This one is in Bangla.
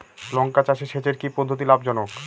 লঙ্কা চাষে সেচের কি পদ্ধতি লাভ জনক?